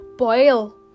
Boil